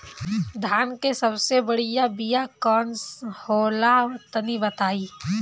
धान के सबसे बढ़िया बिया कौन हो ला तनि बाताई?